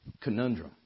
conundrum